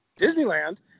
Disneyland